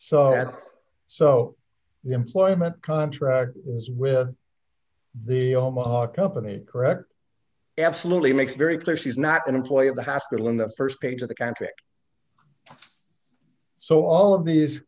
so so the employment contract with the omaha company correct absolutely makes very clear she's not an employee of the hospital in the st page of the country so all of these